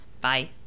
Bye